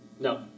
No